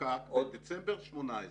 חוקק בדצמבר 18',